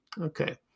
Okay